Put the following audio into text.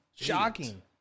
Shocking